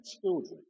children